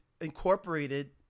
incorporated